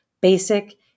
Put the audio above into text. Basic